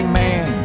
man